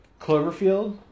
Cloverfield